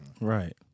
Right